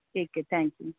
ٹھیک ہے thank you